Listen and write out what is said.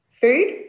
food